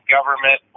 Government